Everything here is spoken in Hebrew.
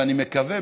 ואני מקווה,